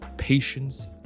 Patience